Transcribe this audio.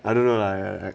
I don't know leh